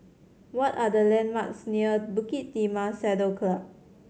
what are the landmarks near Bukit Timah Saddle Club